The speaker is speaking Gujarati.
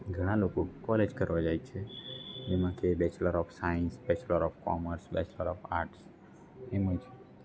ઘણા લોકો કોલેજ કરવા જાય છે એમાંથી એ bachelor of science bachelor of commerce બે બેચલર ઓફ આર્ટ્સ એમ જ